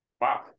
Wow